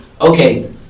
okay